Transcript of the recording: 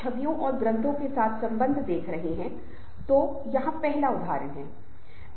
प्रत्येक समूह के लिए एक सामान्य लक्ष्य होता है और वे एक साथ काम करने और हासिल करने वाले हैं